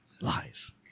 Lies